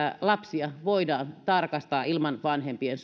lapsia voidaan tarkastaa ilman vanhempien